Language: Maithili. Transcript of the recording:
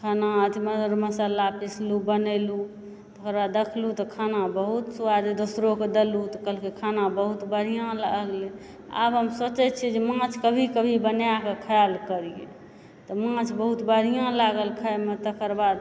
खाना अथि मर मसाला पिसलहुॅं बनेलहुॅं थोड़ा देखलहुॅं तऽ खाना मे बहुत स्वाद दोसरो के देलहुॅं तऽ खाना बहुत बढ़िऑं लागलै आब हम सोचै छियै जे माछ कभी कभी बना कऽ खैल करि तऽ माछ बहुत बढ़िऑं लागल खाय मे तकरबाद